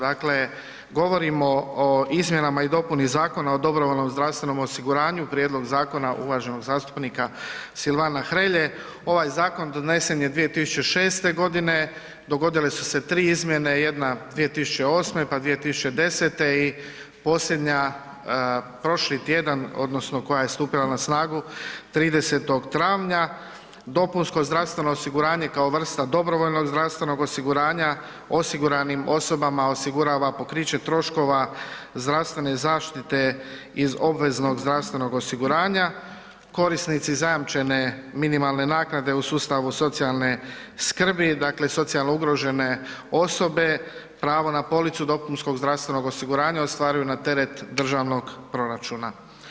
Dakle govorimo o izmjenama i dopuni Zakona o dobrovoljnom zdravstvenom osiguranju, prijedlog zakona uvaženog zastupnika S. Hrelje, ovaj zakon donesen je 2006. g., dogodile su se 3 izmjene, jedna 2008. pa 2010. i posljednja prošli tjedan odnosno koja je stupila snagu, 30. travnja, dopunsko zdravstveno osiguranje kao vrsta dobrovoljnog zdravstvenog osiguranja osiguranim osobama osigurava pokriće troškova zdravstvene zaštite iz obveznog zdravstvenog osiguranja, korisnici zajamčene minimalne naknade u sustavu socijalne skrbi, dakle socijalne ugrožene osobe, pravo na policu dopunskog zdravstvenog osiguranja ostvaruju na teret državnog proračuna.